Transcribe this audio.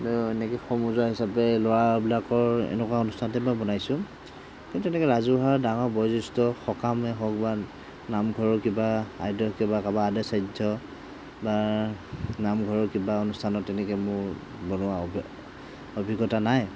কিন্তু এনেকৈ সমজুৱা হিচাপে ল'ৰাবিলাকৰ এনেকুৱা অনুষ্ঠানতে মই বনাইছোঁ কিন্তু তেনেকৈ ৰাজহুৱা ডাঙৰ বয়োজ্যেষ্ঠ সকামে হওঁক বা নমঘৰৰ কিবা খাদ্য কিবা কাৰোবাৰ আদ্যশ্ৰাদ্ধ বা নামঘৰৰ কিবা অনুষ্ঠানত তেনেকৈ মোৰ বনোৱা অভিজ্ঞতা নাই